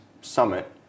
summit